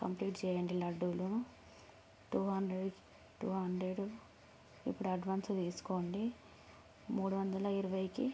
complete చేయండి లడ్డూలు two hundred two hundred ఇప్పుడు అడ్వాన్స్ తీసుకోండి మూడు వందల ఇరవైకి